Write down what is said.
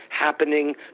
happening